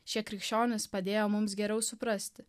šie krikščionys padėjo mums geriau suprasti